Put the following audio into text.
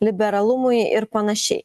liberalumui ir panašiai